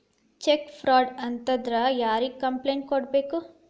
check fraud ಆತಂದ್ರ ಯಾರಿಗ್ complaint ಕೂಡ್ಬೇಕು